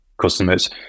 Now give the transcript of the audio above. customers